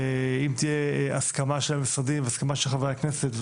ואם תהיה הסכמה של המשרדים והסכמה של חברי הכנסת,